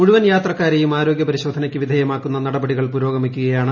മുഴുവൻ യാത്രക്കാരെയും ആരോഗ്യപരിശോധനയ്ക്ക് വിധേയമാക്കുന്ന നടപടികൾ പുരോഗമിക്കുകയാണ്